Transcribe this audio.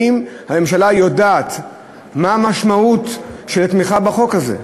האם הממשלה יודעת מה המשמעות של התמיכה בחוק הזה?